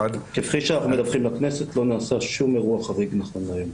כפי שאנחנו מדווחים לכנסת לא נעשה שום אירוע חריג נכון להיום.